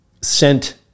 sent